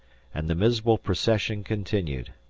and the miserable procession continued.